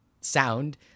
sound